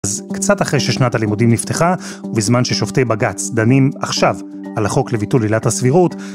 אז קצת אחרי ששנת הלימודים נפתחה ובזמן ששופטי בג"ץ דנים עכשיו על החוק לביטול עילת הסבירות